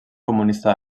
comunista